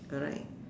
correct